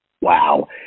wow